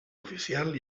oficial